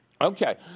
Okay